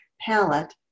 palette